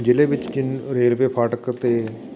ਜ਼ਿਲ੍ਹੇ ਵਿੱਚ ਕਿੰ ਰੇਲਵੇ ਫਾਟਕ ਅਤੇ